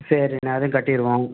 சரிண்ணே அதுவும் கட்டிடுவோம்